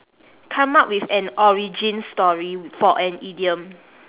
come up with an origin story for an idiom